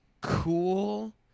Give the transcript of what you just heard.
cool